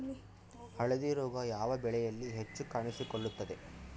ಹಳದಿ ರೋಗ ಯಾವ ಬೆಳೆಯಲ್ಲಿ ಹೆಚ್ಚು ಕಾಣಿಸಿಕೊಳ್ಳುತ್ತದೆ?